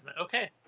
Okay